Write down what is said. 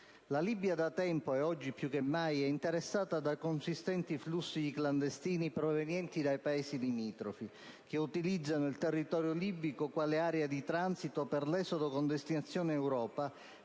La Libia da tempo, e oggi più che mai, è interessata da consistenti flussi di clandestini, provenienti da Paesi limitrofi, che utilizzano il suo territorio quale area di transito per l'esodo con destinazione Europa,